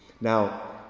Now